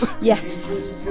Yes